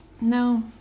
no